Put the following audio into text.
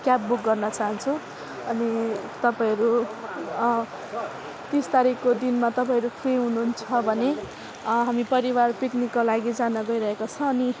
cab book गर्न चाहन्छु अनि तपाईँहरू तिस तारिकको दिनमा तपाईँहरू फ्री हुनुहुन्छ भने हामी परिवार पिकनिकको लागि जान गइरहेको छ अनि